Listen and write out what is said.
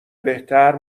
بهتر